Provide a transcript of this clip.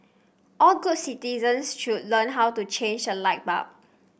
all good citizens should learn how to change a light bulb